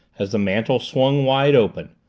as the mantel swung wide open.